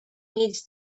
needs